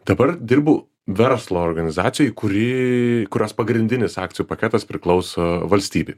dabar dirbu verslo organizacijai kuri kurios pagrindinis akcijų paketas priklauso valstybei